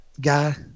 guy